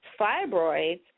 fibroids